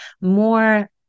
more